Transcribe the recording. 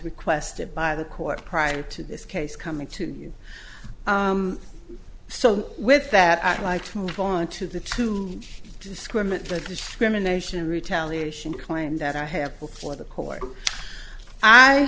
requested by the court prior to this case coming to you so with that i'd like to move on to the to discriminate for discrimination and retaliation claim that i have before the court i